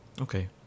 Okay